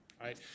right